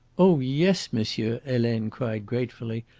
oh yes, monsieur! helene cried gratefully.